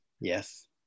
Yes